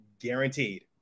guaranteed